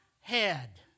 head